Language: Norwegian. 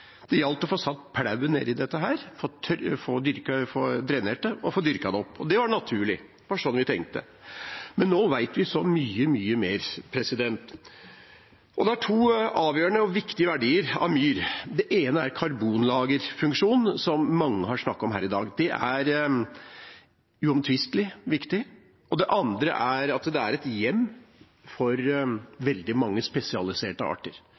vi tenkte. Men nå vet vi så mye, mye mer. Det er to avgjørende og viktige verdier av myr. Det ene er at karbonlagerfunksjonen, som mange har snakket om her i dag, er uomtvistelig viktig. Det andre er at det er et hjem for veldig mange spesialiserte arter.